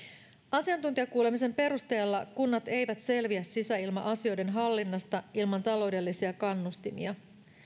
asiantuntijakuulemisen perusteella kunnat eivät selviä sisäilma asioiden hallinnasta ilman taloudellisia kannustimia